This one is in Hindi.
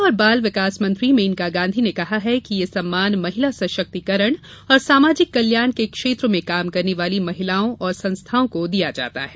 महिला और बाल विकास मंत्री मेनका गांधी ने कहा है कि यह सम्मान महिला सशक्तिकरण और सामाजिक कल्याण के क्षेत्र में काम करने वाली महिलाओं और संस्थाओं को दिया जाता है